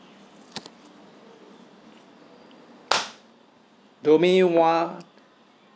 domain one